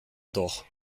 doch